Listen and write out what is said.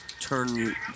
turn